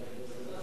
נחמן שי ושלמה מולה